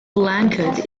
blanchard